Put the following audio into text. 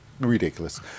ridiculous